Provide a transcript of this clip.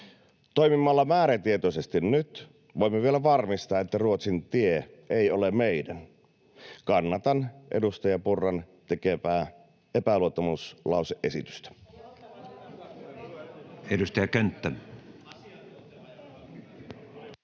Toimimalla määrätietoisesti nyt voimme vielä varmistaa, että Ruotsin tie ei ole meidän. Kannatan edustaja Purran tekemää epäluottamuslause-esitystä.